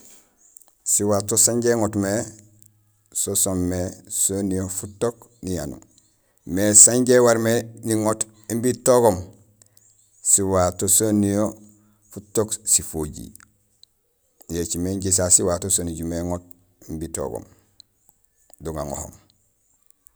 Siwato sanja iŋoot mé so soomé soniyee futook niyanuur. Mais saan injé iwaréén mé iŋoot imbi togoom, siwato soniyee futook sifojiir. Yo écimé injé sasé siwato so nijumé iŋoot imbi togoom do gaŋohoom.